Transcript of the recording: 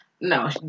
no